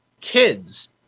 Kids